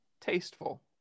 Tasteful